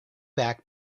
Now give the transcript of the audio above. back